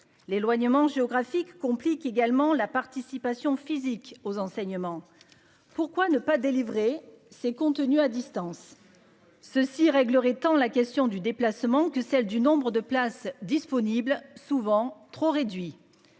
l'éloignement géographique complique également la participation physique aux enseignements. Pourquoi ne pas délivrer ses contenus à distance. Ceux-ci réglerait tant la question du déplacement que celle du nombre de places disponibles souvent trop réduit.